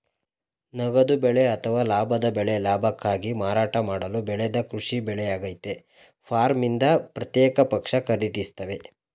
ನಗದು ಬೆಳೆ ಅಥವಾ ಲಾಭದ ಬೆಳೆ ಲಾಭಕ್ಕಾಗಿ ಮಾರಾಟ ಮಾಡಲು ಬೆಳೆದ ಕೃಷಿ ಬೆಳೆಯಾಗಯ್ತೆ ಫಾರ್ಮ್ನಿಂದ ಪ್ರತ್ಯೇಕ ಪಕ್ಷ ಖರೀದಿಸ್ತವೆ